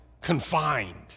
confined